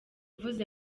mvuze